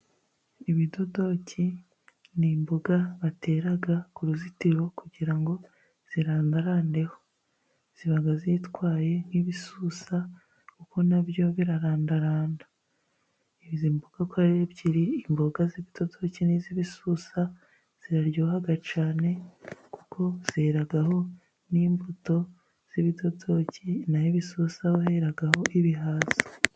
Ibidodoki ni imboga batera ku ruzitiro kugira ngo zirandarandeho. Ziba zitwaye nk'ibisusa kuko na byo birarandaranda. Izi mboga uko ari ebyiri, imboga z'ibidodoki n'iz'ibisusa ziraryoha cyane, kuko zeraho n'imbuto z'ibidodoki, na ho ibisusa ho heraho ibihaza.